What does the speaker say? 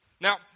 Now